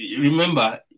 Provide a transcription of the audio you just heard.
Remember